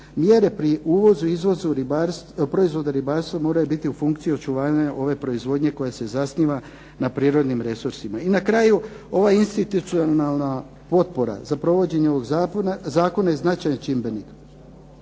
mjere pri uvozu i izvozu proizvoda ribarstva moraju biti u funkciji očuvanja ove proizvodnje koja se zasniva na prirodnim resursima. I na kraju, ova institucionalna potpora za provođenje zakona je značajan čimbenik.